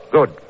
Good